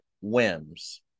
whims